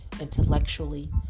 intellectually